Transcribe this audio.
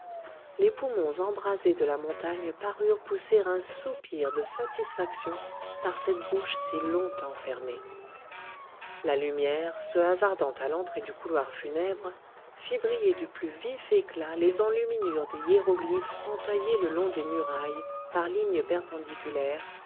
les poumons embrasés de la montagne parurent pousser un soupir de satisfaction par cette bouche si longtemps fermée la lumière se hasardant à l'entrée du couloir funèbre fit briller du plus vif éclat les enluminures des hiéroglyphes entaillés le long des murailles par lignes perpendiculaires